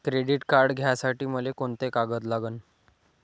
Credit card घ्यासाठी मले कोंते कागद लागन?